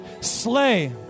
slay